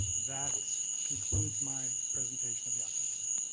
that concludes my presentation of the operating budget.